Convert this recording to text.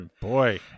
boy